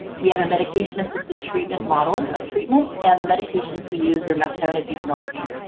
we have a medication-assisted treatment model of treatment and the medications we use are methadone and buprenorphine,